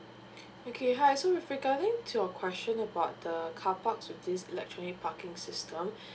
okay hi so with regarding to your question about the car park with this electronic parking system